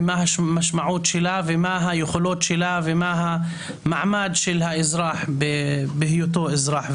מה המשמעות שלה ומה היכולות שלה ומה המעמד של האזרח בהיותו אזרח.